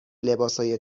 لباسای